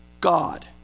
God